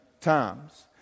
times